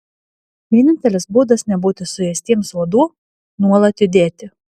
vienintelis būdas nebūti suėstiems uodų nuolat judėti